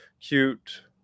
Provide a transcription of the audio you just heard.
cute